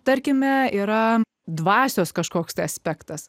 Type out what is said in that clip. tarkime yra dvasios kažkoks aspektas